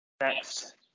next